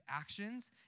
actions